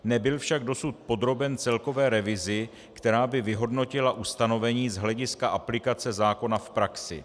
Nebyl však dosud podroben celkové revizi, která by vyhodnotila ustanovení z hlediska aplikace zákona v praxi.